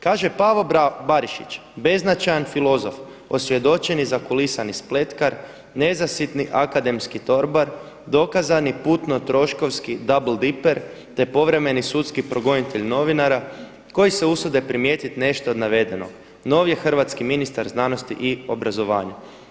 Kaže Pavao Barišić beznačajan filozof, osvjedočeni zakulisani spletkar, nezasitni akademski torbar, dokazani putno-troškovski duble diper, te povremeni sudski progonitelj novinara koji se usude primijetiti nešto od navedenog, novi je hrvatski ministar znanosti i obrazovanja.